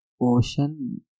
ocean